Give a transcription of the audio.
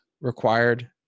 required